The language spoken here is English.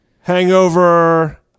Hangover